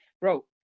Bro